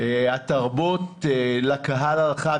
לקהל הרחב.